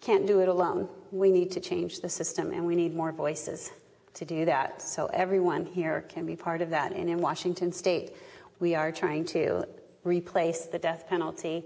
can't do it alone we need to change the system and we need more voices to do that so everyone here can be part of that in washington state we are trying to replace the death penalty